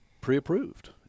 pre-approved